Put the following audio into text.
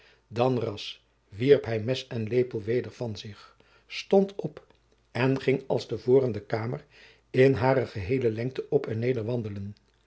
dan ras wierp hij mes en lepel weder van zich stond op en ging als te voren de kamer in hare geheele lengte op en neder wandelen